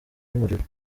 y’umuriro